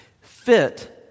fit